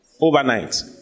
overnight